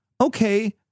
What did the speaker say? okay